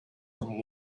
from